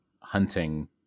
hunting